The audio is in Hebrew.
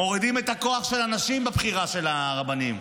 מורידים את הכוח של הנשים בבחירה של הרבנים,